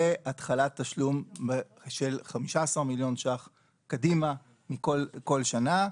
והתחלת תשלום של 15 מיליון שקלים קדימה כל שנה.